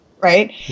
right